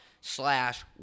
slash